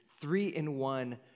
three-in-one